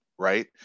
right